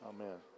Amen